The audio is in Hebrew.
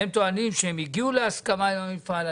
הם טוענים שהם הגיעו להסכמה עם המפעל.